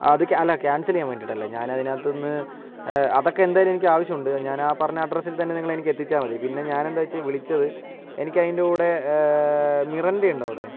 അത് ക്യാ അല്ല ക്യാൻസൽ ചെയ്യാൻ വേണ്ടിയിട്ടല്ല ഞാൻ അതിനകത്തു നിന്ന് അതൊക്കെ എന്തായാലും എനിക്ക് ആവശ്യമുണ്ട് ഞാനാ ആ പറഞ്ഞ അഡ്രസ്സിൽ തന്നെ നിങ്ങൾ എനിക്ക് എത്തിച്ചാൽ മതി പിന്നെ ഞാനെന്താച്ചാൽ വിളിച്ചത് എനിക്ക് അതിൻ്റെ കൂടെ മിറണ്ട ഉണ്ടോ അവിടെ